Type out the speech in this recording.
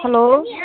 hello